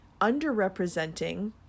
underrepresenting